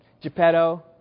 Geppetto